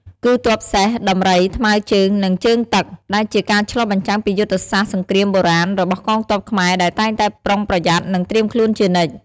គឺទ័ពសេះ ដំរី ថ្មើរជើង និងជើងទឹក ដែលជាការឆ្លុះបញ្ចាំងពីយុទ្ធសាស្ត្រសង្គ្រាមបុរាណរបស់កងទ័ពខ្មែរដែលតែងតែប្រុងប្រយ័ត្ន និងត្រៀមខ្លួនជានិច្ច។